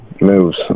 moves